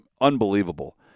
unbelievable